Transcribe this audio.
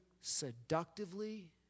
seductively